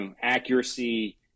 accuracy